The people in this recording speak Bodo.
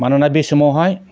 मानोना बे समावहाय